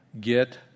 get